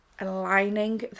aligning